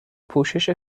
پوشش